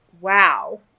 wow